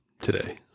today